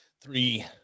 three